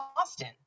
Austin